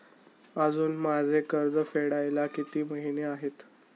अजुन माझे कर्ज फेडायला किती महिने आहेत?